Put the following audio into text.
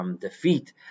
defeat